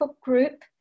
group